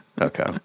okay